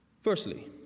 Firstly